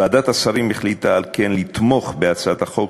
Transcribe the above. ועדת השרים החליטה על כן לתמוך בהצעת החוק,